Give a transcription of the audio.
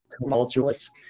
tumultuous